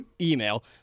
email